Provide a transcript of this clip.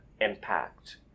impact